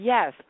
Yes